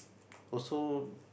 also